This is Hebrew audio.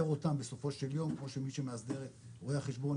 אותם בסופו של יום כמו שמי שמאסדר את רואי החשבון,